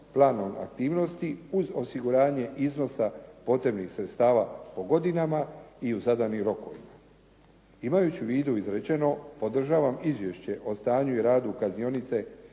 planom aktivnosti uz osiguranje iznosa potrebnih sredstava po godinama i u zadanim rokovima. Imajući u vidu izrečeno podržavam Izvješće o stanju i radu kaznionice,